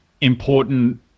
important